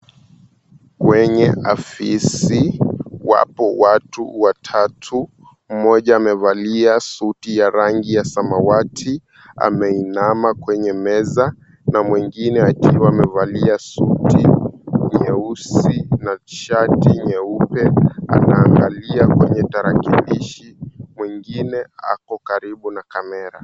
Kwenye afisi wapo watu watatu, mmoja amevalia suti ya rangi ya samawati ameinama kwenye meza na mwingine akiwa amevalia suti nyeusi na shati nyeupe anaangalia kwenye tarakilishi, mwingine ako karibu na camera.